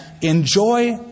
enjoy